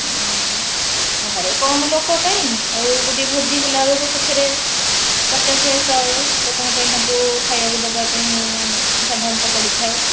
ଘରେ କମ୍ ଲୋକ ପାଇଁ ଆଉ ଗୋଟିଏ ଭୋଜି ହେଲା ବେଳକୁ ସେଥିରେ ପଚାଶ ଶହେ ଲୋକଙ୍କ ପାଇଁ ତାଙ୍କୁ ଖାଇବାକୁ ଦେବା ପାଇଁ ସାଧାରଣତଃ ପଡ଼ିଥାଏ